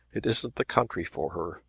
it isn't the country for her,